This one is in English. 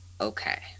Okay